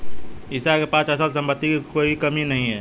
ईशा के पास अचल संपत्ति की कोई कमी नहीं है